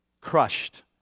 crushed